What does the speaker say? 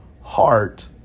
heart